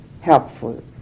helpful